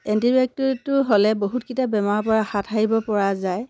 এণ্টিবায়'টিকটো হ'লে বহুতকেইটা বেমাৰৰপৰা হাত সাৰিব পৰা যায়